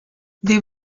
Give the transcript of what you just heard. there